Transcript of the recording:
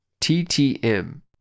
TTM